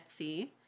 Etsy